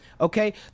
Okay